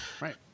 Right